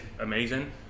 amazing